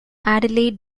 adelaide